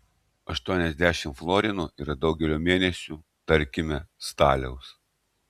aštuoniasdešimt florinų yra daugelio mėnesių tarkime staliaus